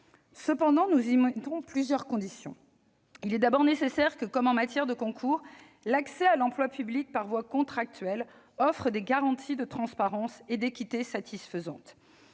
Cependant, nous y mettons plusieurs conditions. Il est d'abord nécessaire que, comme en matière de concours, l'accès à l'emploi public par voie contractuelle offre des garanties de transparence et d'équité satisfaisantes.